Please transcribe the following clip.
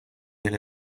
din